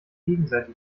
gegenseite